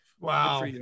Wow